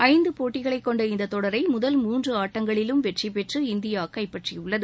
ஐந்து போட்டிகளை கொண்ட இந்த தொடரை முதல் மூன்று ஆட்டங்களிலும் வெற்றி பெற்று இந்தியா கைப்பற்றி உள்ளது